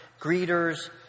greeters